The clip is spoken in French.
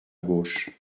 gauche